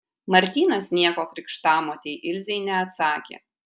martynas nieko krikštamotei ilzei neatsakė